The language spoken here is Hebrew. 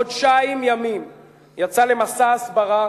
חודשיים ימים יצא למסע הסברה